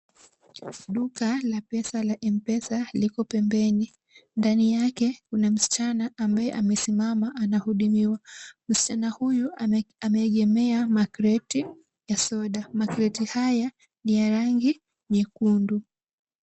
Duka la pesa la M-Pesa liko pembeni. Ndani yake kuna msichana ambaye amesimama, anahudumiwa. Msichana huyu, ameegemea makreti ya soda. Makreti haya ni ya rangi nyekundu.